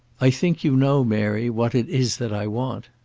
i think you know, mary, what it is that i want.